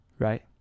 right